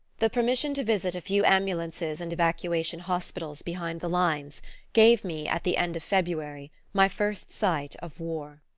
the permission to visit a few ambulances and evacuation hospitals behind the lines gave me, at the end of february, my first sight of war.